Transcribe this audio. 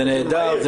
זה נהדר.